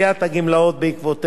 אני רוצה להגיד פה משהו,